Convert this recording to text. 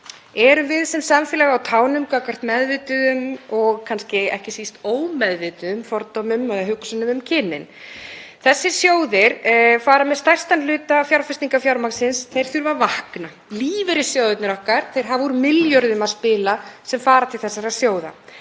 Erum við sem samfélag á tánum gagnvart meðvituðum og kannski ekki síst ómeðvituðum fordómum eða hugsunum um kynin? Þessir sjóðir fara með stærstan hluta fjárfestingarfjármagnsins. Þeir þurfa að vakna. Lífeyrissjóðirnir okkar hafa úr milljörðum að spila sem fara til þessara sjóða.